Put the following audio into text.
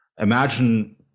imagine